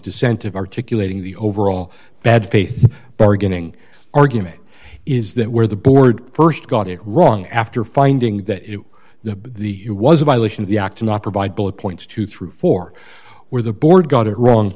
dissent of articulating the overall bad faith bargaining argument is that where the board st got it wrong after finding that the the who was a violation of the act to not provide bullet points to through four where the board got it wrong